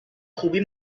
خوبی